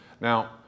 Now